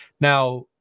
Now